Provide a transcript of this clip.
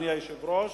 אדוני היושב-ראש,